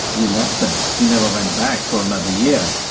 you left them. you never went back for another year.